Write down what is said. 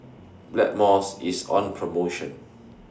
Blackmores IS on promotion